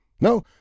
No